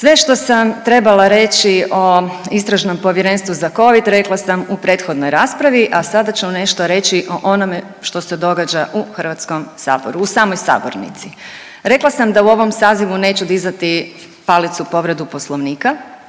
naknadno uključen./… reći o istražnom povjerenstvu za covid rekla sam u prethodnoj raspravi, a sada ću nešto reći o onome što se događa u Hrvatskom saboru, u samoj sabornici. Rekla sam da u ovom sazivu neću dizati palicu povredu Poslovnika